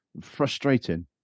frustrating